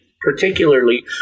particularly